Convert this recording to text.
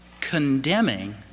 condemning